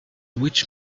which